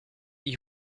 gli